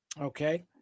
Okay